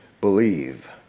believe